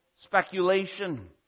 speculation